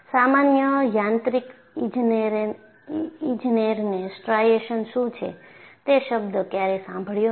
સામાન્ય યાંત્રિક ઇજનેરને સ્ટ્રાઇશન્સ શું છે તે શબ્દ ક્યારેય સાંભળ્યો નથી